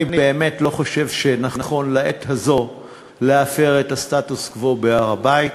אני באמת לא חושב שנכון לעת הזו להפר את הסטטוס-קוו בהר-הבית.